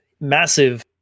massive